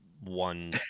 one